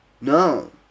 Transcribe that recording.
No